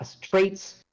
traits